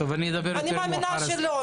אני מאמינה שלא.